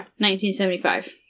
1975